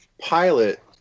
pilot